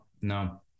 No